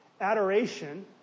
adoration